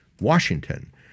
Washington